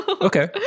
Okay